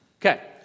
Okay